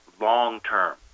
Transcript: long-term